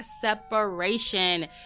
separation